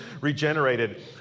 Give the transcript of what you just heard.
regenerated